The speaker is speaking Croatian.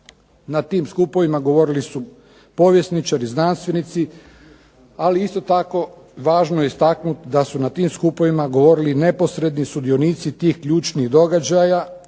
Na tim skupovima govorili su povjesničari, znanstvenici ali isto tako važno je istaknuti da su na tim skupovima govorili neposredni sudionici tih ključnih događaja